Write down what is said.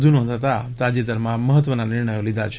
વધુ નોંધાતા તાજેતરમાં મહત્વના નિર્ણયો લીધા છે